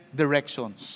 directions